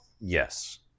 Yes